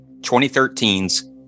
2013's